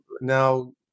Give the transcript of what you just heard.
now